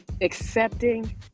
Accepting